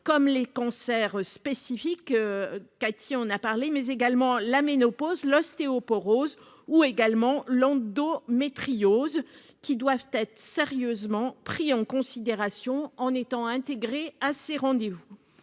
comme les cancers spécifiques Cathy on a parlé, mais également la ménopause, l'ostéoporose ou également landau mais trieuses qui doivent être sérieusement pris en considération, en étant intégré à ses rendez-vous